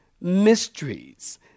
mysteries